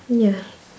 ya